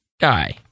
guy